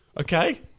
Okay